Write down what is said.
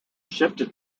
shifted